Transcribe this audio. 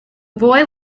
boy